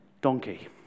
donkey